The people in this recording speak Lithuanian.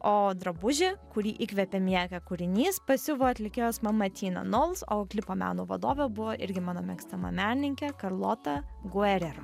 o drabužį kurį įkvėpė miakė kūrinys pasiuvo atlikėjos mama tina nols o klipo meno vadovė buvo irgi mano mėgstama menininkė karlota guerero